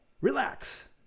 Relax